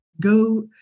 go